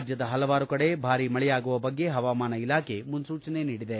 ರಾಜ್ಲದ ಹಲವಾರು ಕಡೆ ಭಾರಿ ಮಳೆಯಾಗುವ ಬಗ್ಗೆ ಹವಾಮಾನ ಇಲಾಖೆ ಮುನ್ನೂಚನೆ ನೀಡಿದೆ